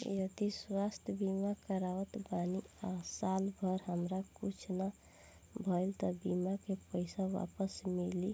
जदि स्वास्थ्य बीमा करावत बानी आ साल भर हमरा कुछ ना भइल त बीमा के पईसा वापस मिली